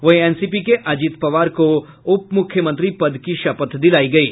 वहीं एनसीपी के अजीत पवार को उप मूख्यमंत्री पद की शपथ दिलायी गयी